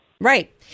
Right